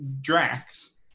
Drax